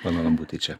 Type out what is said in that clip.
malonu būti čia